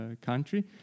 country